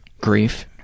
grief